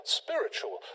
spiritual